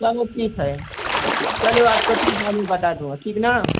चलो ठीक है चलो आपको अपनी तारीख बता दूँगा ठीक न